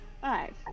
five